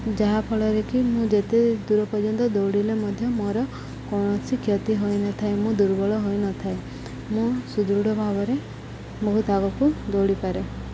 ଯାହାଫଳରେ କି ମୁଁ ଯେତେ ଦୂର ପର୍ଯ୍ୟନ୍ତ ଦୌଡ଼ିଲେ ମଧ୍ୟ ମୋର କୌଣସି କ୍ଷତି ହୋଇନଥାଏ ମୁଁ ଦୁର୍ବଳ ହୋଇନଥାଏ ମୁଁ ସୁଦୃଢ଼ ଭାବରେ ବହୁତ ଆଗକୁ ଦୌଡ଼ିପାରେ